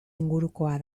ingurukoa